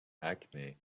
acne